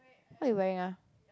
what you wearing ah